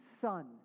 son